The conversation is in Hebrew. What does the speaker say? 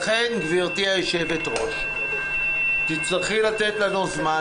לכן, גברתי היושבת-ראש, תצטרכי לתת לנו זמן.